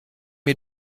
mir